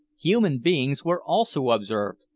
human beings were also observed,